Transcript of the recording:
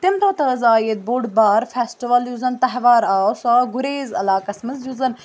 تَمہِ دۄہ تہٕ حظ آو ییٚتہِ بوٚڈ بار فٮ۪سٹِوَل یُس زَن تہوار آو سُہ آو گُریز علاقَس منٛز یُس زَن